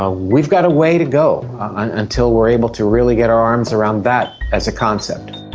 ah we've got a way to go until we are able to really get our arms around that as a concept.